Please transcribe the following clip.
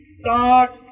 Start